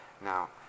now